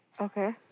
Okay